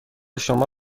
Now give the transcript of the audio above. شما